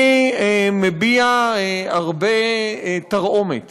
אני מביע הרבה תרעומת